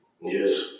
Yes